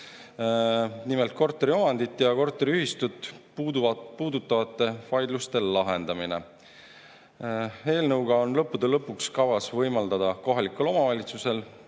Nimelt, korteriomandit ja korteriühistut puudutavate vaidluste lahendamine. Eelnõuga on lõppude lõpuks kavas võimaldada kohalikel omavalitsustel